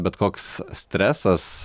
bet koks stresas